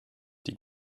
die